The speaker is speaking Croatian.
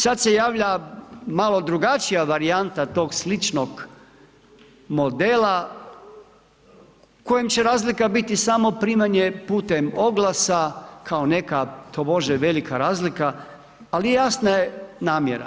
Sad se javlja malo drugačija varijanta tog sličnog modela kojem će razlika biti samo primanje putem oglasa, kao neka tobože velika razlika ali jasna je namjera.